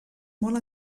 molt